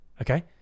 Okay